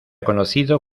conocido